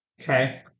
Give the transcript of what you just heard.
Okay